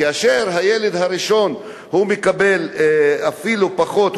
כאשר הילד הראשון מקבל אפילו פחות,